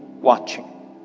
watching